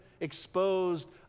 exposed